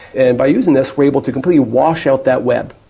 and by using this we are able to completely wash out that web.